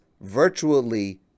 virtually